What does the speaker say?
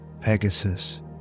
Pegasus